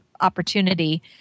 opportunity